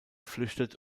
flüchtet